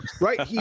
right